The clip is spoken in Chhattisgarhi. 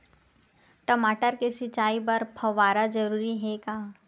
टमाटर के सिंचाई बर फव्वारा जरूरी हे का?